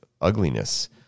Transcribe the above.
ugliness